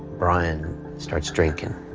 brian starts drinking,